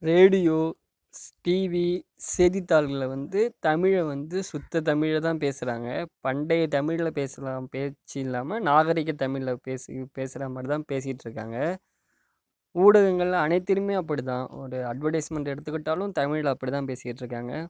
radio TV செய்தித்தாள்களில் வந்து தமிழை வந்து சுத்த தமிழில் தான் பேசுகிறாங்க பண்டைய தமிழில் பேசலாம் பேச்சு இல்லாமல் நாகரீகத் தமிழில் பேசி பேசுகிற மாதிரி தான் பேசிகிட்ருக்காங்க ஊடகங்கள் அனைத்திலும் அப்படி தான் ஒரு அட்வர்டைஸ்மெண்ட் எடுத்துக்கிட்டாலும் தமிழில் அப்படி தான் பேசிகிட்ருக்காங்க